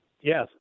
Yes